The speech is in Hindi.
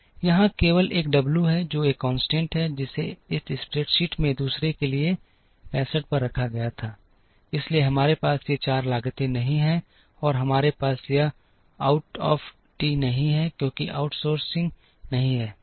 यहाँ केवल एक W है जो एक स्थिरांक है जिसे इस स्प्रेडशीट में दूसरे के लिए 65 पर रखा गया था इसलिए हमारे पास ये 4 लागतें नहीं हैं और हमारे पास यह OUT of t नहीं है कोई आउटसोर्सिंग नहीं है